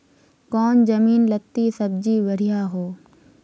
कौन जमीन लत्ती सब्जी बढ़िया हों?